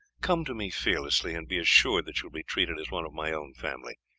come to me fearlessly, and be assured that you will be treated as one of my own family.